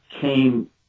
came